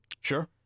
Sure